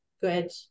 good